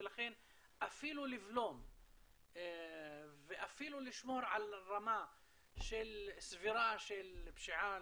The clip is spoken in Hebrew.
ולכן אפילו לבלום ואפילו לשמור על רמה סבירה של פשיעה,